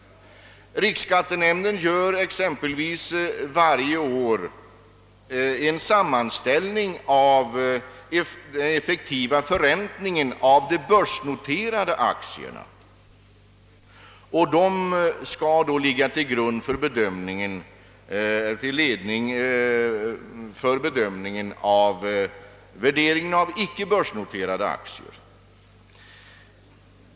Riksskattenämnden gör exempelvis varje år en sammanställning av den effektiva förräntningen av de börsnoterade aktierna, vilken skall ligga till grund för bedömningen av värderingen av icke börsnoterade aktier.